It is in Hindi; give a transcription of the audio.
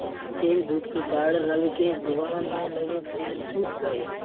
तेज धूप के कारण, रवि के बगान में लगे फूल सुख गए